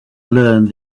learned